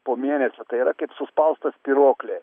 po mėnesio tai yra kaip suspausta spyruoklė